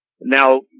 Now